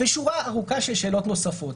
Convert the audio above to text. שורה ארוכה של שאלות נוספות,